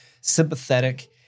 sympathetic